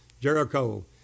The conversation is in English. Jericho